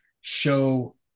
show